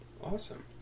Awesome